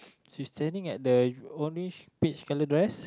she standing at the only peach colored dress